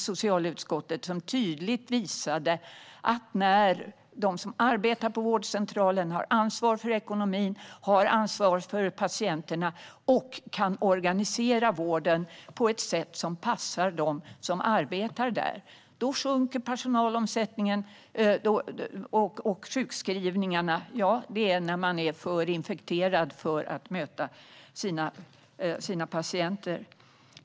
Där visade det sig tydligt att när de som arbetar på vårdcentralen har ansvar för ekonomin och patienterna och dessutom kan organisera vården på ett sätt som passar dem minskar personalomsättningen och sjukskrivningarna. Sjukskrivningar blir det när man är för infekterad för att möta sina patienter.